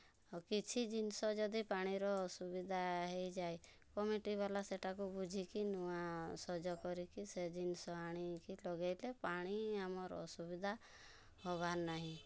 ଆଉ କିଛି ଜିନିଷ ଯଦି ପାଣିର ଅସୁବିଧା ହେଇଯାଏ କମିଟିବାଲା ସେଇଟାକୁ ବୁଝିକି ନୂଆ ସଜ କରିକି ସେ ଜିନିଷ ଆଣିକି ଲଗାଇଲେ ପାଣି ଆମର ଅସୁବିଧା ହବାର୍ ନାହିଁ